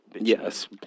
Yes